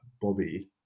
bobby